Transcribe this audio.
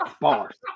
bars